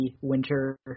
winter